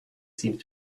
seemed